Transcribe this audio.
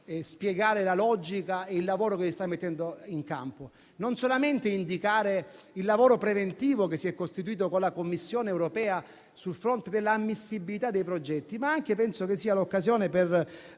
spiegarne la logica e il lavoro che si sta mettendo in campo, non solamente indicare il lavoro preventivo che si è fatto con la Commissione europea sul fronte dell'ammissibilità dei progetti; penso però che sia anche l'occasione per